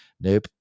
Nope